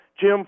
Jim